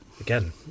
again